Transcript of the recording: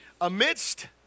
amidst